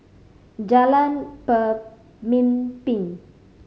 Jalan Pemimpin